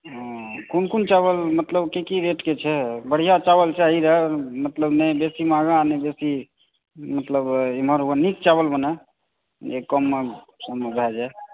हुँ कोन कोन चावल मतलब की की रेटके छै बढ़िऑं चावल चाही र मतलब नहि बेसी महँगा नहि बेसी सस्ता मतलब इम्हर नीक चावल बनै जे कम सममे भय जाए